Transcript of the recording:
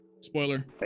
Spoiler